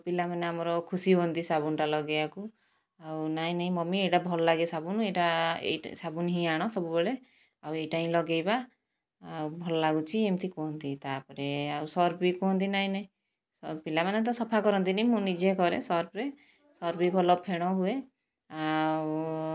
ପିଲାମାନେ ଆମର ଖୁସି ହୁଅନ୍ତି ସାବୁନଟା ଲଗେଇବାକୁ ଆଉ ନାଇଁ ନାଇଁ ମମି ଏଇଟା ଭଲ ଲାଗେ ସାବୁନ ଏଇଟା ଏଇ ସାବୁନ ହିଁ ଆଣ ସବୁବେଳେ ଆଉ ଏଇଟା ହିଁ ଲଗେଇବା ଆଉ ଭଲ ଲାଗୁଚି ଏମିତି କୁହନ୍ତି ତାପରେ ଆଉ ସର୍ଫ ବି କୁହନ୍ତି ନାଇଁ ନାଇଁ ପିଲାମାନେ ତ ସଫା କରନ୍ତିନି ମୁଁ ନିଜେ କରେ ସର୍ଫରେ ସର୍ଫ ବି ଭଲ ଫେଣ ହୁଏ ଆଉ